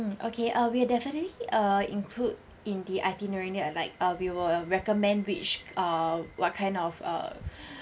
mm okay uh we'll definitely uh include in the itinerary near like uh we'll recommend which uh what kind of uh